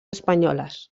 espanyoles